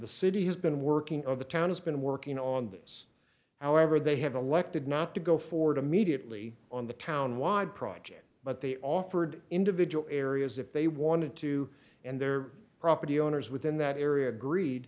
the city has been working of the town has been working on this however they have elected not to go forward immediately on the town wide project but they offered individual areas if they wanted to and their property owners within that area agreed